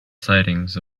sightings